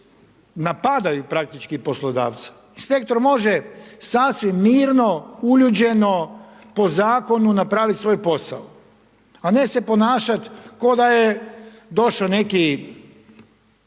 napadaju praktički poslodavca. Inspektor može sasvim mirno, uljuđeno po zakonu napraviti svoj posao. A ne se ponašati, ko da je došao neki